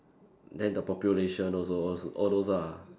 then the population also als~ all those lah